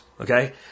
okay